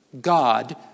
God